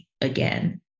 again